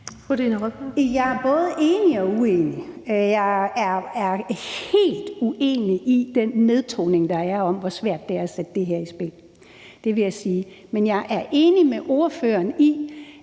Jeg er både enig og uenig. Jeg er helt uenig i den nedtoning, der er af, hvor svært det er at sætte det her i spil; det vil jeg sige. Men jeg er enig med ordføreren i,